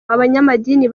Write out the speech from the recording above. abanyamadini